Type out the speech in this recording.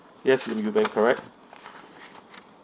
yes lim you bing correct